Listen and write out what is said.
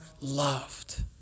loved